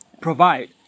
provide